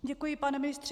Děkuji, pane ministře.